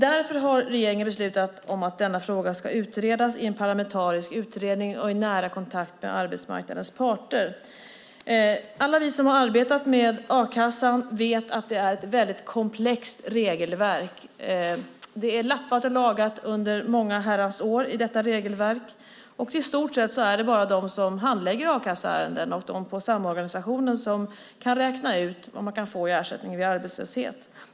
Därför har regeringen beslutat att denna fråga ska utredas i en parlamentarisk utredning och i nära kontakt med arbetsmarknadens parter. Alla vi som har arbetat med a-kassan vet att det är ett komplext regelverk. Det är lappat och lagat under många herrans år. I stort sett är det bara de som handlägger a-kasseärenden och de på samordnarorganisationen som kan räkna ut vad man kan få i ersättning vid arbetslöshet.